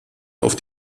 auf